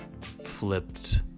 flipped